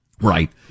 Right